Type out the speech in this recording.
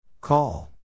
Call